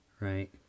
right